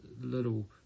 little